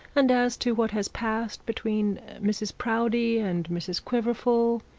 and as to what has passed between mrs proudie and mrs quiverful,